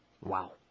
Wow